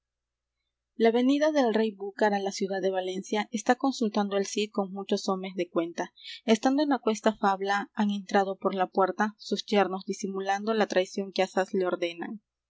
la venida del rey búcar á la ciudad de valencia está consultando el cid con muchos homes de cuenta estando en aquesta fabla han entrado por la puerta sus yernos disimulando la traición que asaz le ordenan